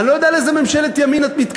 לא אני.